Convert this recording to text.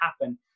happen